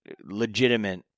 legitimate